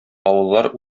авыллар